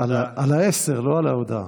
על העשר, לא על ההודעה.